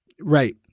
Right